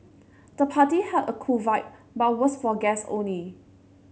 the party had a cool vibe but was for guests only